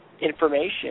information